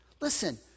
Listen